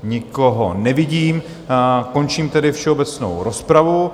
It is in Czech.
Nikoho nevidím, končím tedy všeobecnou rozpravu.